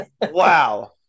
Wow